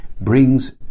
brings